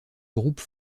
groupe